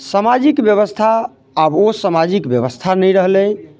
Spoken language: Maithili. सामाजिक व्यवस्था आब ओ सामाजिक व्यवस्था नहि रहलै